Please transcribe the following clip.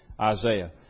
Isaiah